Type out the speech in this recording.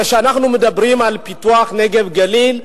כשאנחנו מדברים על פיתוח נגב-גליל,